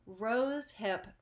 rosehip